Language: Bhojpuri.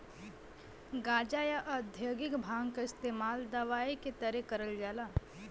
गांजा, या औद्योगिक भांग क इस्तेमाल दवाई के तरे करल जाला